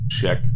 check